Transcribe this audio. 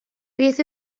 beth